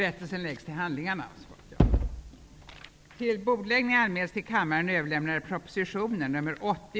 Ärade kammarledamöter!